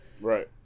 Right